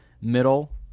middle